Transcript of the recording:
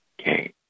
Okay